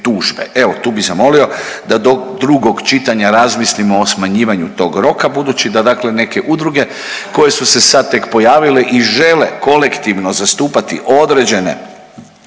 Evo tu bi zamolio da do drugog čitanja razmislimo o smanjivanju tog roka, budući da dakle neke udruge koje su se sad tek pojavile i žele kolektivno zastupati određene